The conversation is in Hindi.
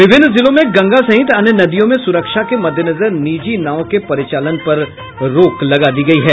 विभिन्न जिलों में गंगा सहित अन्य नदियों में सुरक्षा के मद्देनजर निजी नावों के परिचालन पर रोक लगा दी गयी है